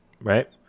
right